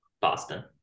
Boston